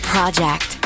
Project